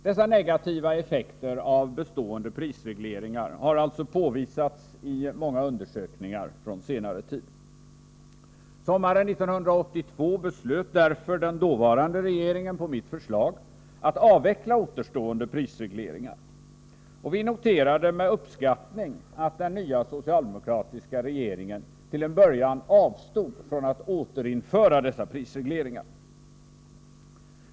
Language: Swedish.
Dessa negativa effekter av bestående prisregleringar har alltså påvisats i många undersökningar som gjorts under senare tid. Sommaren 1982 beslöt därför den dåvarande regeringen på mitt förslag att avveckla återstående prisregleringar. Vi noterade med uppskattning att den nya socialdemokratiska regeringen till en början avstod från att återinföra prisregleringarna.